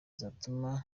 zatuma